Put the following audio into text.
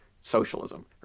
socialism